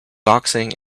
boxing